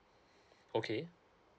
okay